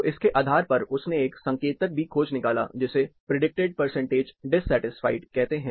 तो इसके आधार पर उसने एक और संकेतक भी खोज निकाला जिसे प्रिडिक्टेड परसेंटेज डिसेटिस्फाइड कहते हैं